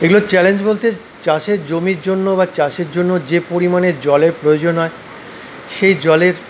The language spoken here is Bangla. এইগুলো চ্যালেঞ্জ বলতে চাষের জমির জন্য বা চাষের জন্য যে পরিমানে জলের প্রয়োজন হয় সেই জলের